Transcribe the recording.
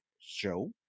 show